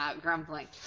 grumbling